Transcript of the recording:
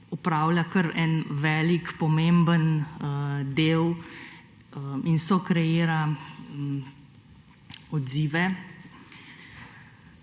upravlja kar en velik, pomemben del in sokreira odzive